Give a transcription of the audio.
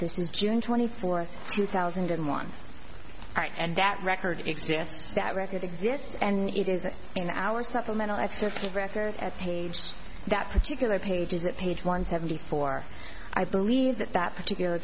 this is june twenty fourth two thousand and one right and that record exists that record exists and it is in our supplemental excerpted record at page that particular pages that page one seventy four i believe that that particular